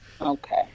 Okay